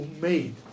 made